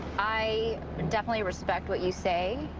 i definitely respect what you say,